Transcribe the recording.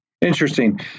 Interesting